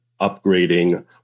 upgrading